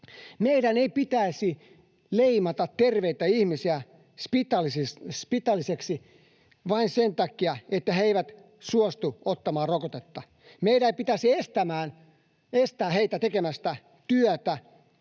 Meidän ei pitäisi leimata terveitä ihmisiä spitaalisiksi vain sen takia, että he eivät suostu ottamaan rokotetta. Meidän ei pitäisi estää heitä tekemästä työtä